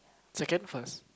second first